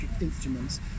instruments